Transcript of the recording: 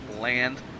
land